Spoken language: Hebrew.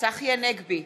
צחי הנגבי,